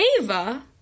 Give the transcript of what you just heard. Ava